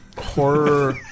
horror